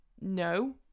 No